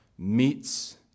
Meets